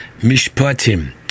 Mishpatim